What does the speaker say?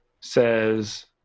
says